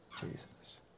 Jesus